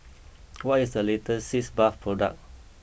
what is the latest Sitz bath product